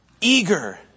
Eager